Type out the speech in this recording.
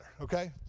okay